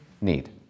need